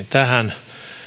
tähän